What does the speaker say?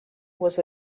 was